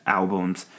albums